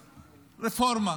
רפורמה.